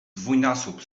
dwójnasób